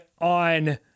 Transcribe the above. on –